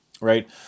Right